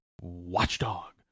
watchdog